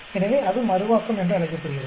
எனவே அது மறுவாக்கம் என்று அழைக்கப்படுகிறது